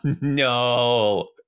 no